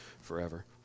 forever